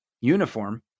uniform